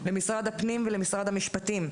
למשרד הפנים ולמשרד המשפטים,